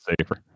safer